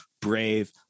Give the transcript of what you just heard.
brave